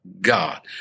God